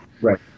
Right